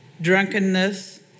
drunkenness